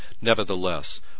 Nevertheless